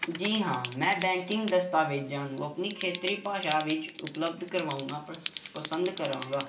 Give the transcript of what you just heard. ਜੀ ਹਾਂ ਮੈਂ ਬੈਂਕਿੰਗ ਦਸਤਾਵੇਜ਼ਾਂ ਨੂੰ ਆਪਣੀ ਖੇਤਰੀ ਭਾਸ਼ਾ ਵਿੱਚ ਉਪਲਬਧ ਕਰਵਾਉਣਾ ਪਸੰ ਪਸੰਦ ਕਰਾਂਗਾ